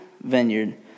Vineyard